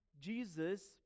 Jesus